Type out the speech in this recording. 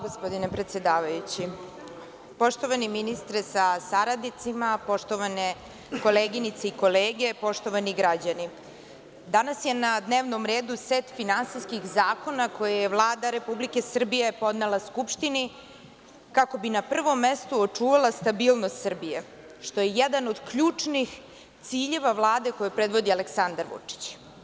Poštovani ministre sa saradnicima, poštovane koleginice i kolege, poštovani građani, danas je na dnevnom redu set finansijskih zakona koje je Vlada Republike Srbije podnela Skupštini kako bi na prvom mestu očuvala stabilnost Srbije, što je jedan od ključnih ciljeva Vlade koju predvodi Aleksandar Vučić.